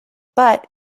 but